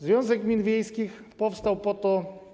Związek Gmin Wiejskich RP powstał po to.